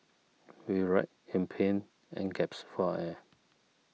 he writhed in pain and gaps for air